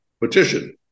Petition